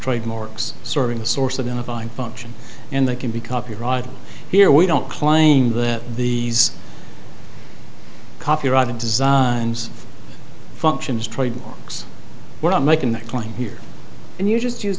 trademarks serving the source of in a bind function and they can be copyrighted here we don't claim that the copyright in designs functions trademarks we're not making that claim here and you just use